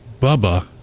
Bubba